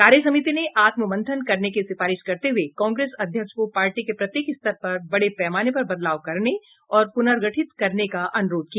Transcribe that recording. कार्य समिति ने आत्ममंथन करने की सिफारिश करते हुए कांग्रेस अध्यक्ष को पार्टी के प्रत्येक स्तर पर बड़े पैमाने पर बदलाव करने और पुनर्गठित करने का अनुरोध किया